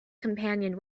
companion